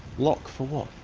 lock for what?